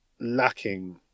lacking